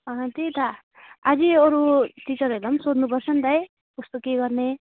अँ त्यही त अझै अरू टिचरहरूलाई पनि सोध्नुपर्छ नि त है कस्तो के गर्ने